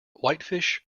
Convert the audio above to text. whitefish